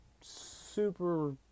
super